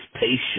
patience